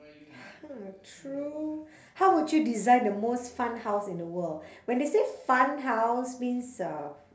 hmm true how would you design the most fun house in the world when they say fun house means uh